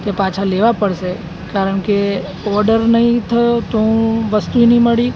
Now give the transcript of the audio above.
તે પાછા લેવા પડશે કારણ કે ઓડર નહીં થયો તો હું વસ્તુ નહીં મળી